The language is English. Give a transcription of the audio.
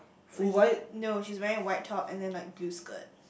with no she's wearing white top and then like blue skirt